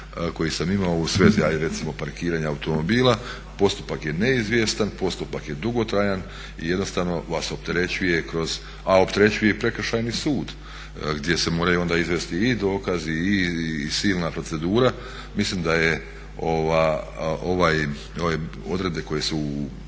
koji sam imao u svezi ajde recimo parkiranja automobila, postupak je neizvjestan, postupak je dugotrajan i jednostavno vas opterećuje kroz, a opterećuje i prekršajni sud gdje se moraju onda izvesti i dokazi i silna procedura. Mislim da je, ove odredbe koje su u